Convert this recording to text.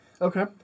Okay